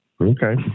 okay